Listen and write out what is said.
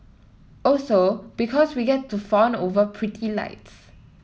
also because we get to fawn over pretty lights